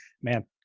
man